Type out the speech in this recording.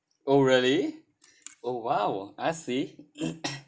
oh really oh !wow! I see